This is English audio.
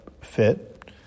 fit